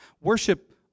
Worship